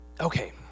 okay